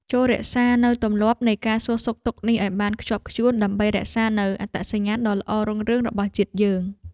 ចូររក្សានូវទម្លាប់នៃការសួរសុខទុក្ខនេះឱ្យបានខ្ជាប់ខ្ជួនដើម្បីរក្សានូវអត្តសញ្ញាណដ៏ល្អរុងរឿងរបស់ជាតិយើង។